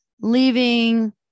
leaving